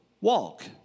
walk